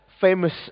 famous